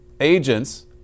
Agents